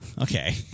Okay